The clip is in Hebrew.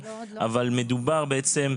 אבל מדובר בעצם,